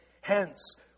hence